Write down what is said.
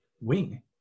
wing